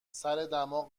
سردماغ